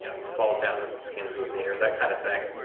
yeah he falls down and skins his knee, or that kind of thing,